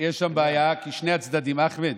ויש שם בעיה כי שני הצדדים, אחמד,